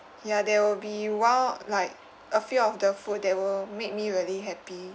ya there will be while like a few of the food that will make me really happy